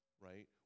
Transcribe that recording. right